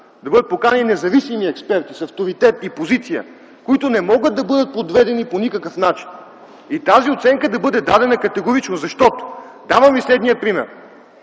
да бъдат поканени независими експерти, с авторитет и позиция, които не могат да бъдат подведени по никакъв начин. Тази оценка да бъде дадена категорично, защото давам Ви следния пример: